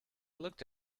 looked